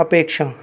अपेक्षा